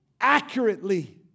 accurately